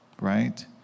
right